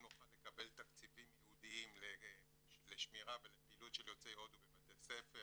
אם נוכל לקבל תקציבים ייעודיים לשמירה ולפעילות של יוצאי הודו בבתי ספר